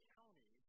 County